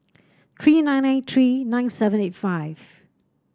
three nine nine three nine seven eight five